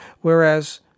whereas